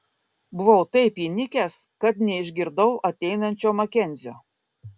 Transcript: buvau taip įnikęs kad neišgirdau ateinančio makenzio